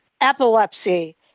Epilepsy